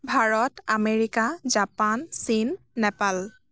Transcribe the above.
Bharat America Japan চীন নেপাল